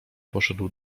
poszedł